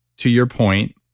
to your point,